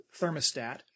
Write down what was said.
thermostat